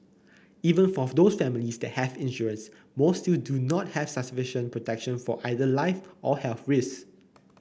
even for those families that have insurance most still do not have sufficient protection for either life or health risks